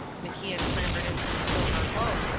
macian clambered into the silver boat,